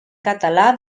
català